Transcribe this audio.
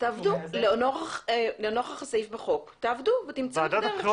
תעבדו לנוכח הסעיף בחוק ותמצאו את הדרך.